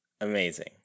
amazing